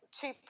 two